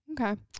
Okay